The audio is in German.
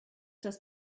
das